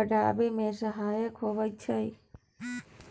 बढ़ाबै मे सहायक होइ छै